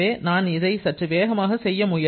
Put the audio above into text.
எனவே நான் இதனை சற்று வேகமாக செய்ய முயல்கிறேன்